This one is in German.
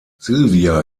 sylvia